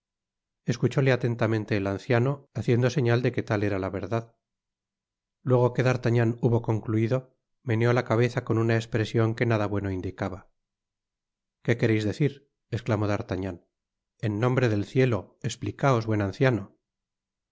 escuchóle atentamente el anciano haciendo señal de que tal era la verdad luego que d'artagnan hubo concluido meneó la cabeza con una espresion que nada bueno indicaba que quereis decir esclamó d'artagnan jen nombre del cielo esplicaos buen anciano ah